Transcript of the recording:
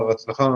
ההצלחה